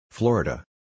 Florida